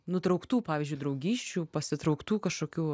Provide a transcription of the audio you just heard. nutrauktų pavyzdžiui draugysčių pasitrauktų kažkokių